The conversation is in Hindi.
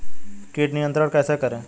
कीट नियंत्रण कैसे करें?